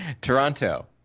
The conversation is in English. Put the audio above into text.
Toronto